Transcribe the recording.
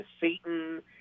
Satan